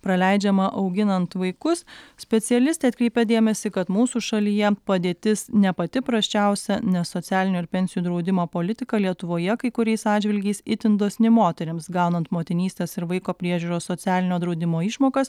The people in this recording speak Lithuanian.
praleidžiamą auginant vaikus specialistai atkreipia dėmesį kad mūsų šalyje padėtis ne pati prasčiausia nes socialinių ir pensijų draudimo politika lietuvoje kai kuriais atžvilgiais itin dosni moterims gaunant motinystės ir vaiko priežiūros socialinio draudimo išmokas